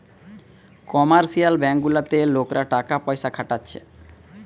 commercial bank গুলাতে লোকরা টাকা পয়সা খাটাচ্ছে